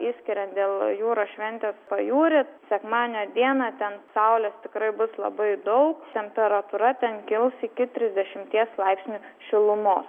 išsiskiriant dėl jūros šventės pajūrį sekmadienio dieną ten saulės tikrai bus labai daug temperatūra ten kils iki trisdešimties laipsnių šilumos